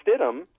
Stidham